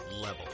level